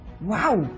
Wow